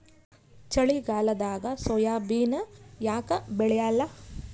ಚಳಿಗಾಲದಾಗ ಸೋಯಾಬಿನ ಯಾಕ ಬೆಳ್ಯಾಲ?